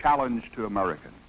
challenge to american